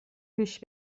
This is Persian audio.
پیش